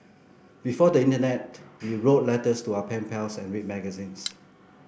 before the internet we wrote letters to our pen pals and read magazines